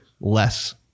less